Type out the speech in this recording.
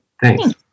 Thanks